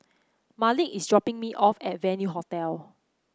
Malik is dropping me off at Venue Hotel